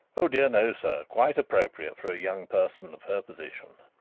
oh dear no, sir. quite appropriate for a young person of her position.